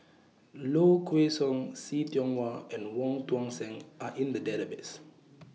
Low Kway Song See Tiong Wah and Wong Tuang Seng Are in The Database